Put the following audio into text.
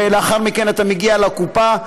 ולאחר מכן אתה מגיע לקופה,